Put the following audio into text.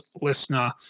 listener